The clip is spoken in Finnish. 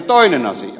toinen asia